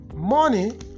money